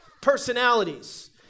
personalities